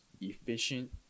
efficient